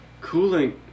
Cooling